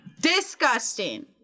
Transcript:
Disgusting